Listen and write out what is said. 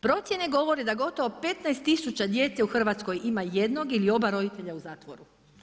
Procjene govore da gotovo 15000 djece u Hrvatskoj ima jednog ili oba roditelja u zatvoru.